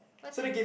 what the